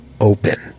open